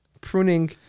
Pruning